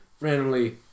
randomly